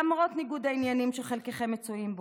למרות ניגוד העניינים שחלקכם מצויים בו.